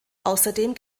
außerdem